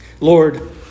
Lord